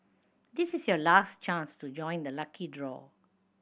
this is your last chance to join the lucky draw